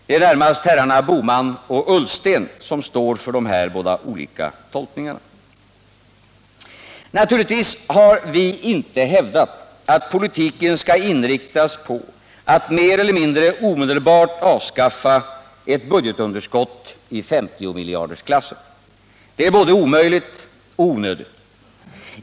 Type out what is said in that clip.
Det är närmast herrar Bohman och Ullsten som står för de här båda tolkningarna. Naturligtvis har vi inte hävdat att politiken skall inriktas på att mer eller mindre omedelbart avskaffa ett budgetunderskott i 50-miljardersklassen. Det är både omöjligt och onödigt.